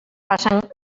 passa